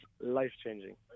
life-changing